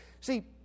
See